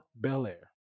Belair